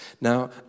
Now